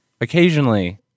Occasionally